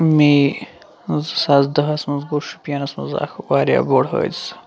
میٚے زٕ ساس دہَس منٛز گوٚو شُپیَنَس منٛز اَکھ واریاہ بوٚڑ حٲدثہٕ